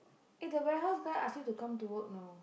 eh the warehouse guy ask you to come to work know